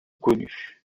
connu